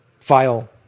file